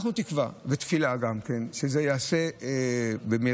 אנחנו תקווה ותפילה גם כן שזה ייעשה במהרה.